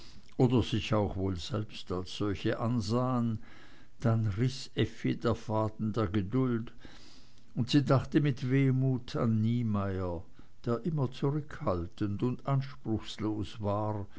oder sich auch wohl selbst als solche ansahen dann riß effi der faden der geduld und sie dachte mit wehmut an niemeyer der immer zurückhaltend und anspruchslos war